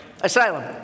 Asylum